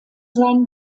seinen